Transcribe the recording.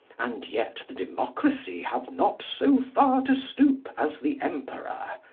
and yet the democracy have not so far to stoop as the emperor.